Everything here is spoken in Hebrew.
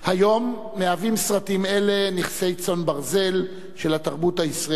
היום מהווים סרטים אלה נכסי צאן ברזל של התרבות הישראלית.